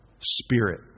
spirit